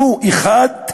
ולו אחד,